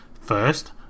First